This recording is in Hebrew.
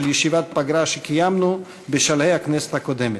ישיבת פגרה שקיימנו בשלהי הכנסת הקודמת.